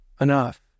enough